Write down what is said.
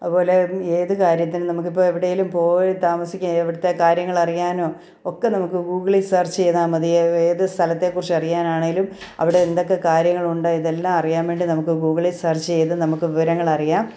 അതുപോലെ ഏത് കാര്യത്തിനും നമുക്കിപ്പോൾ എവിടെയെങ്കിലും പോയി താമസിക്കാൻ ഇവിടുത്തെ കാര്യങ്ങൾ അറിയാനും ഒക്കെ നമുക്ക് ഗൂഗിളിൽ സർച്ച് ചെയ്താൽ മതി ഏത് സ്ഥലത്തെ കുറിച്ച് അറിയാനാണെങ്കിലും അവിടെ എന്തൊക്കെ കാര്യങ്ങളുണ്ട് ഇതെല്ലാം അറിയാൻ വേണ്ടി നമുക്ക് ഗൂഗിളിൽ സർച്ച് ചെയ്ത് നമുക്ക് വിവരങ്ങൾ അറിയാം